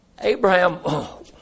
Abraham